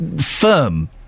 firm